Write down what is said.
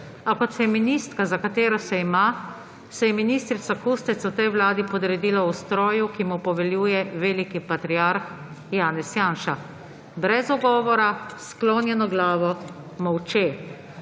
A kot feministka, za katero se ima, se je ministrica Kustec v tej vladi podredila ustroju, ki mu poveljuje veliki patriarh Janez Janša, brez ugovora, s sklonjeno glavo, molče.